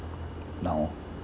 now